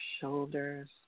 shoulders